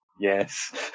yes